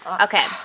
okay